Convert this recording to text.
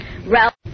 Ralph